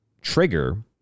trigger